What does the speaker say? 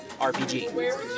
RPG